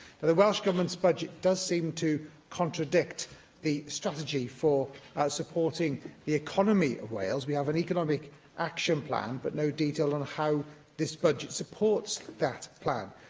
the welsh government's budget does seem to contradict the strategy for supporting the economy of wales. we have an economic action plan but no detail on how this budget supports that plan,